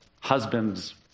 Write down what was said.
husbands